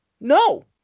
No